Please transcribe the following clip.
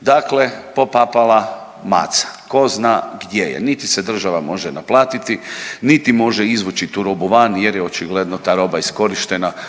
Dakle, popala maca, ko zna gdje je, niti se država može naplatiti, niti može izvući tu robu van jer je očigledno ta roba iskorštena u nekakvom